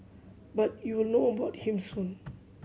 but you will know about him soon